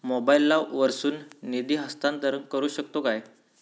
मोबाईला वर्सून निधी हस्तांतरण करू शकतो काय?